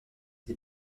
les